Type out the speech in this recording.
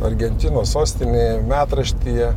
argentinos sostinėj metraštyje